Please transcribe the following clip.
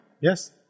Yes